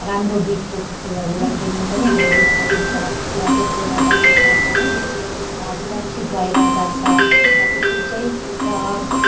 राम्रो ब्रिडको कुकुरहरूलाई ट्रेनिङ पनि हामी दिन सकिन्छ र त्यसले गर्दाखेरि झनै बेसी सुरक्षित भएर जान्छ र कुकुर चाहिँ र